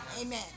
Amen